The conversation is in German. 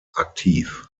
aktiv